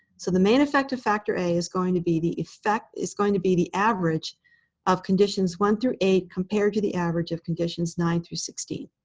so the main effect of factor a is going to be the effect is going to be the average of conditions one through a compared to the average of conditions nine through sixteen.